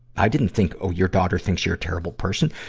i didn't think, oh, your daughter thinks you're a terrible person.